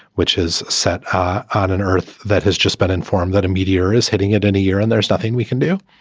which has set out an earth that has just been informed that a meteor is hitting it any year and there's nothing we can do.